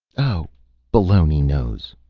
oh baloney nose.